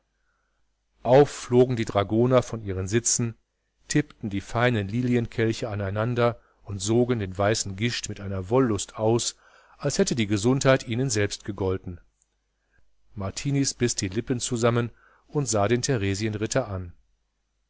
auf flogen die dragoner von ihren sitzen tippten die feinen lilienkelche aneinander und sogen den weißen gischt mit einer wollust aus als hätte die gesundheit ihnen selbst gegolten martiniz biß die lippen zusammen und sah den theresienritter an